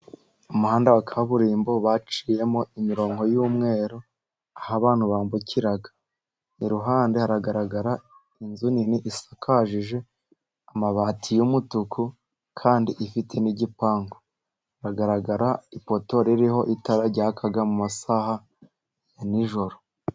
Umuhanda wa kaburimbo baciyemo imirongo y'umweru aha abantu bambukira. Iruhande hagaragara inzu nini isakaje amabati y'umutuku kandi ifite n'igipangu. Haragaragara ipoto iriho itara ryaka mu masaha ya nijoro.